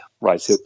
right